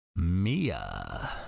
Mia